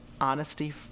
honesty